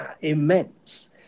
immense